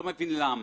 אני לא מבין למה.